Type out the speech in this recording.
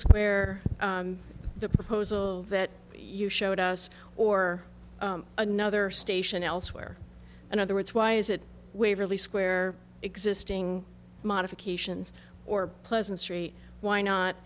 square the proposal that you showed us or another station elsewhere in other words why is it waverly square existing modifications or pleasant street why